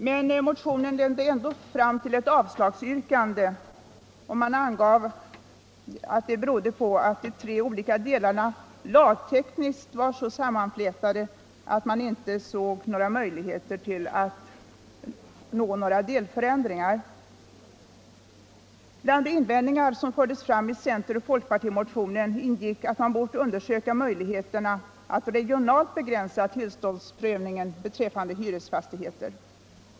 Att motionen ändå ledde fram till ett avslagsyrkande angav man bero på att de tre olika delarna lagtekniskt var så sammanflätade att man inte såg möjligheter till delförändringar. Bland de invändningar som fördes fram i center-folkpartimotionen ingick att man bort undersöka möjligheterna att regionalt begränsa tillståndsprövningen beträffande hyresfastigheter.